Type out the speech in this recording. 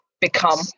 become